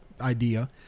idea